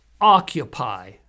occupy